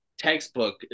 Textbook